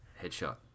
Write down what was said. Headshot